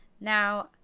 now